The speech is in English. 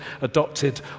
adopted